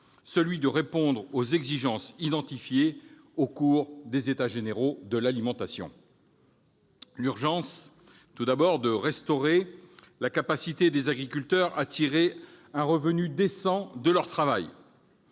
celui de répondre aux exigences identifiées au cours des États généraux de l'alimentation. Il s'agit de l'urgence à restaurer la capacité des agriculteurs à tirer un revenu décent de leur travail